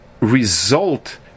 result